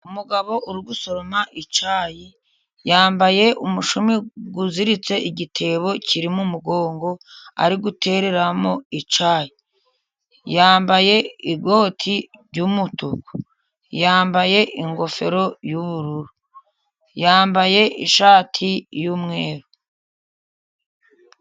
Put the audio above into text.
Umugabo uri gusoroma icyayi. Yambaye umushumi uziritse igitebo kiri mu mugongo ,ari gutereramo icyayi. Yambaye ikoti ry'umutuku, yambaye ingofero y'ubururu, yambaye ishati y'umweru.